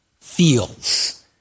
feels